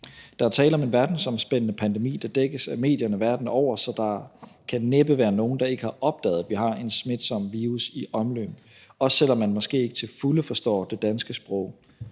Der er tale om en verdensomspændende pandemi, der dækkes af medierne verden over, så der kan næppe være nogen, der ikke har opdaget, at vi har en smitsom virus i omløb, også selv om man måske ikke til fulde forstår det danske sprog.